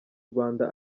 rwanda